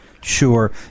Sure